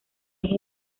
eje